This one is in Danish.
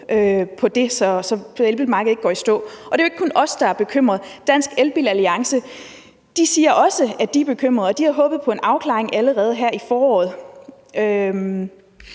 så elbilmarkedet ikke går i stå. Og det er jo ikke kun os, der er bekymrede. Dansk Elbil Alliance siger også, at de er bekymrede, og at de havde håbet på en afklaring allerede her i foråret. Og